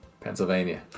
Pennsylvania